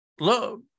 love